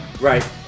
Right